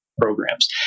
programs